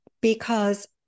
Because-